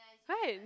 right